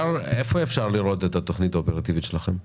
איפה אפשר לראות את התוכנית האופרטיבית שלכם?